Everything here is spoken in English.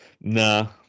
Nah